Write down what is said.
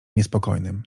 niespokojnym